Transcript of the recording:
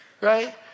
right